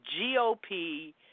GOP